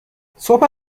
صبح